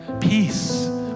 Peace